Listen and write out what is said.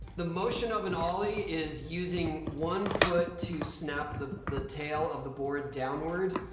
the motion of an ollie is using one foot to snap the the tail of the board downward,